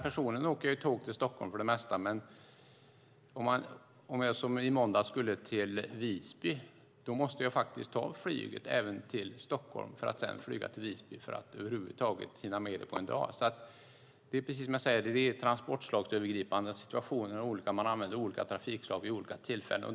Personligen åker jag tåg till Stockholm för det mesta. Men i måndags skulle jag till Visby, och för att över huvud taget hinna med det på en dag måste jag ta flyget även till Stockholm för att sedan flyga till Visby. Man använder alltså olika trafikslag vid olika tillfällen.